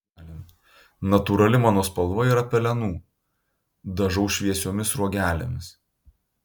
natūrali mano spalva yra pelenų dažau šviesiomis sruogelėmis